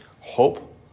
hope